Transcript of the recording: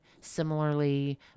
similarly